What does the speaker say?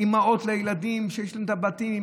אימהות לילדים שיש להן את הבתים.